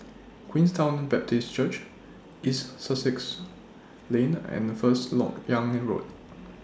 Queenstown Baptist Church East Sussex Lane and First Lok Yang Road